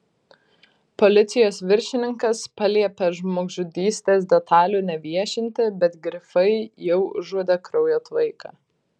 policijos viršininkas paliepė žmogžudystės detalių neviešinti bet grifai jau užuodė kraujo tvaiką